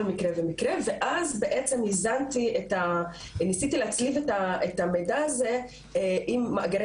מקרה ומקרה ואז ניסיתי להצליב את המידע הזה עם מאגרי